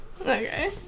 Okay